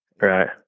right